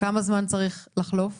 כמה זמן צריך לחלוף